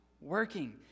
working